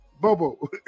Bobo